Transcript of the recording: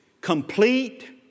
complete